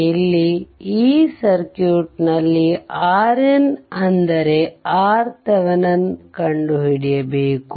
ಇಲ್ಲಿ ಈ ಸರ್ಕ್ಯೂಟ್ನಲ್ಲಿ RN ಅಂದರೆ RThevenin ಕಂಡುಹಿಡಿಯಬೇಕು